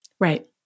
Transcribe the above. Right